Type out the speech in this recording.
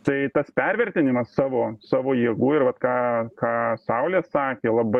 tai tas pervertinimas savo savo jėgų ir vat ką ką saulė sakė labai